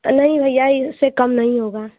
नहीं भैया इससे कम नहीं होगा